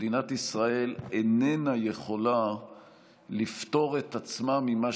מדינת ישראל איננה יכולה לפטור את עצמה ממה